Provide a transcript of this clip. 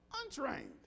untrained